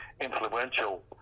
influential